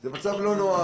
זה מצב לא נוח,